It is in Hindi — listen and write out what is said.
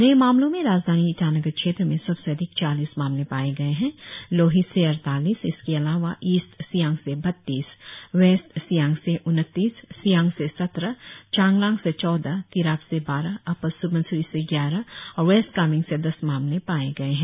नए मामलों में राजधानी ईटानगर क्षेत्र में सबसे अधिक चालीस मामले पाए गए है लोहित से अड़तालीस इसके अलावा ईस्ट सियांग से बत्तीस वेस्ट सियांग से उन्तीस सियांग से सत्रह चांगलांग से चौदह तिराप से बारह अपर स्बनसिरी से ग्यारह और वेस्ट कामेंग से दस मामले पाए गए है